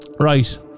Right